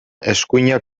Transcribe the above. eskuinak